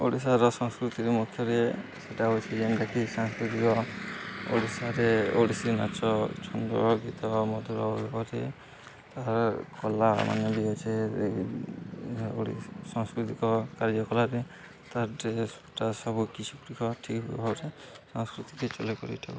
ଓଡ଼ିଶାର ସଂସ୍କୃତିର ମୁଖ୍ୟରେ ସେଇଟା ହଉଛିି ଯେଉଁଟାକି ସାଂସ୍କୃତିକ ଓଡ଼ିଶାରେ ଓଡ଼ିଶୀ ନାଚ ଛନ୍ଦ ଗୀତ ମଧୁରରେ ତ କଲା ମାନ ବି ଅଛି ସାଂସ୍କୃତିକ କାର୍ଯ୍ୟକଳାରେ ତ ଡ୍ରେସ୍ଟା ସବୁ କିଛି ଗୁଡ଼ିକ ଠିକ୍ ଭାବରେ ସଂସ୍କୃତିରେ ଚଲାଇ କରିଥାଉ